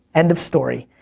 end of story.